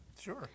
Sure